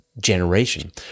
generation